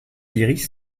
iris